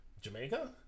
Jamaica